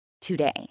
today